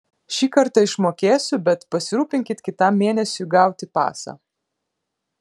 šį kartą išmokėsiu bet pasirūpinkit kitam mėnesiui gauti pasą